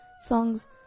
songs